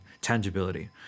tangibility